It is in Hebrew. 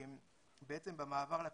במעבר לקורונה,